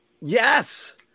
Yes